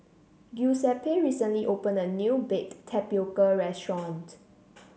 Giuseppe recently opened a new Baked Tapioca restaurant